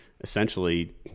essentially